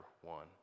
one